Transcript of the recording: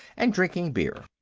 and drinking beer.